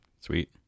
sweet